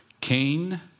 Cain